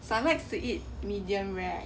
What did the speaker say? I like to eat medium rare